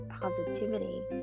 positivity